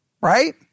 Right